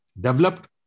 developed